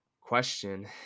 question